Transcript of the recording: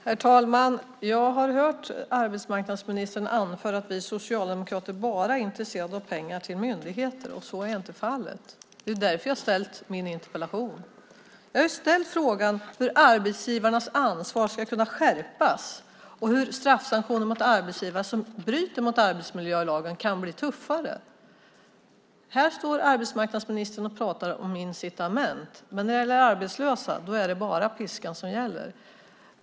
Herr talman! Jag har hört arbetsmarknadsministern anföra att vi socialdemokrater bara är intresserade av pengar till myndigheter, men så är inte fallet. Det är därför jag har ställt min interpellation. Jag har ställt en fråga om hur arbetsgivarnas ansvar ska kunna skärpas och hur straffsanktioner mot arbetsgivare som bryter mot arbetsmiljölagen kan bli tuffare. Här står arbetsmarknadsministern och pratar om incitament, men när det gäller arbetslösa är det bara piskan som gäller.